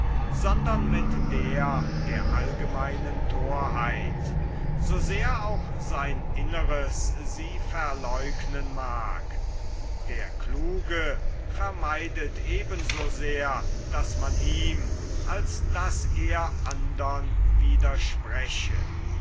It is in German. sondern mit der der allgemeinen thorheit so sehr auch sein inneres sie verleugnen mag der kluge vermeidet eben so sehr daß man ihm als daß er andern widerspreche